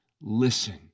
listen